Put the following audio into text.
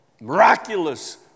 miraculous